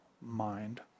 mind